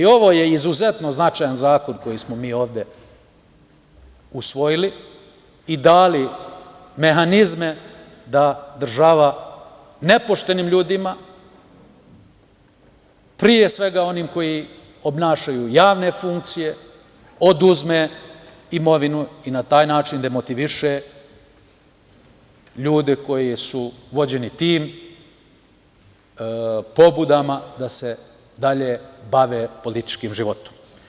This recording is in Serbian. Ovo je izuzetno značajan zakon koji smo mi ovde usvojili i dali mehanizme da država nepoštenim ljudima, pre svega onima koji obavljaju javne funkcije, oduzme imovinu i na taj način demotiviše ljude koji su vođeni tim pobudama da se dalje bave političkim životom.